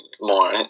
more